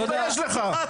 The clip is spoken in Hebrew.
תתבייש לך.